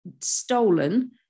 stolen